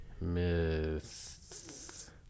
Myths